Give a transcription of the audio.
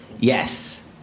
Yes